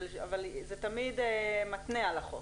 אבל זה תמיד מתנה על החוק.